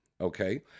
Okay